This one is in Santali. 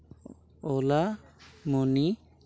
ᱚᱞᱟ ᱢᱟᱹᱱᱤ